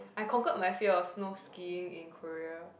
I conquered my fear of snow skiing in Korea